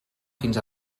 fins